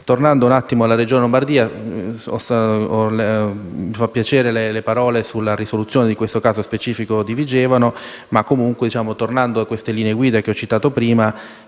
Tornando alla Regione Lombardia, mi fanno piacere le parole sulla risoluzione di questo caso specifico di Vigevano. Comunque, tornando alle linee guida che ho citato prima,